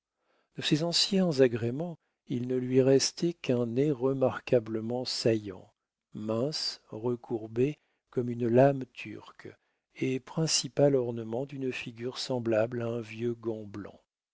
de ses anciens agréments il ne lui restait qu'un nez remarquablement saillant mince recourbé comme une lame turque et principal ornement d'une figure semblable à un vieux gant blanc